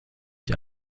ich